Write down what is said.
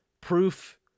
Proof